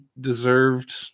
deserved